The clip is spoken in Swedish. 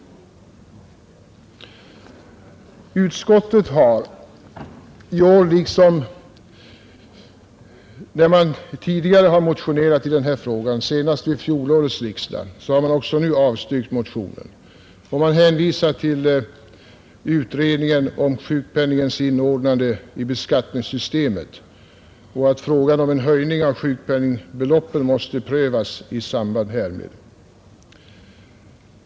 Liksom fallet har varit när det tidigare har motionerats i den här frågan — senast vid fjolårets riksdag — har utskottet i år avstyrkt motionen, Man hänvisar nu till att frågan om en höjning av sjukpenningbeloppet måste prövas i samband med utredningen om sjukpenningens inordnande i beskattningssystemet.